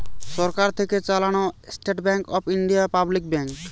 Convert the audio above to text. সরকার থেকে চালানো state bank of India public bank